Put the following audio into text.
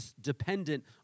dependent